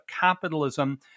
capitalism